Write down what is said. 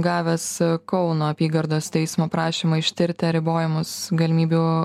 gavęs kauno apygardos teismo prašymą ištirti ar ribojimus galimybių